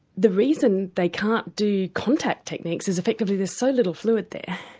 the reason they can't do contact techniques is effectively there's so little fluid there,